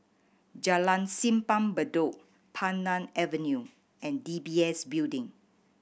Jalan Simpang Bedok Pandan Avenue and D B S Building